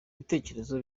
bitekerezo